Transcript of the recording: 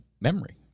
memory